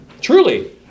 Truly